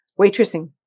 waitressing